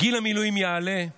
גיל המילואים יעלה.